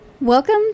Welcome